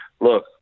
Look